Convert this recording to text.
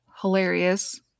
Hilarious